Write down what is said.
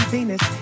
Venus